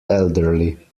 elderly